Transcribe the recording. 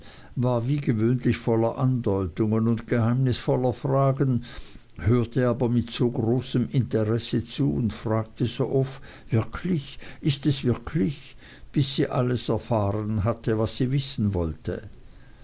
war wie gewöhnlich voller andeutungen und geheimnisvoller fragen hörte aber mit so großem interesse zu und fragte so oft wirklich ist es wirklich bis sie alles erfahren hatte was sie wissen wollte